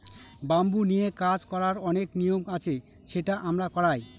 bamboo নিয়ে কাজ করার অনেক নিয়ম আছে সেটা আমরা করায়